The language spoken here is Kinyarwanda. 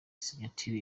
signature